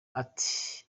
ati